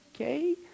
okay